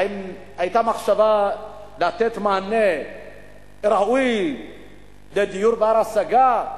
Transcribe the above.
האם היתה מחשבה לתת מענה ראוי לדיור בר-השגה?